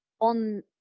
on